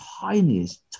tiniest